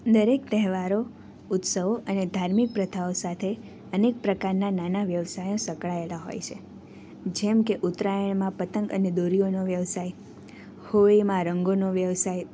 દરેક તહેવારો ઉત્સવો અને ધાર્મિક પ્રથાઓ સાથે અનેક પ્રકારના નાના વ્યવસાયો સંકળાયેલા હોય છે જેમકે ઉત્તરાયણમાં પતંગ અને દોરીઓનો વ્યવસાય હોળીમાં રંગોનો વ્યવસાય